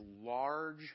large